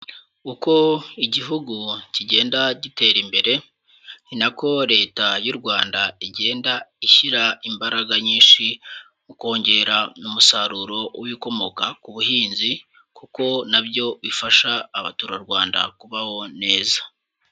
Uko igihugu kigenda gitera imbere, ni na ko Leta y'u Rwanda igenda ishyira imbaraga nyinshi mu kongera umusaruro w'ibikomoka ku buhinzi; kuko na byo bifasha abaturarwanda kubaho neza.